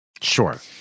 Sure